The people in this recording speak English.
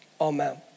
Amen